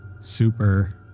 super